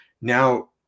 Now